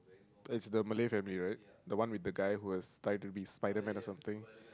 is the Malay family right the one with the guy who was try to be Spiderman or something